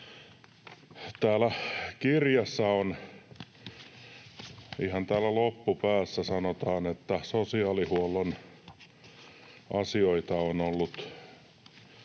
olevaa kirjaa] ihan täällä loppupäässä, sanotaan, että sosiaalihuollon asioita on ollut